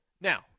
Now